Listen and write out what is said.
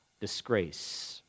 disgrace